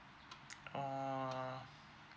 err